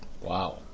Wow